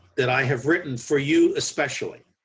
that i have written for you especially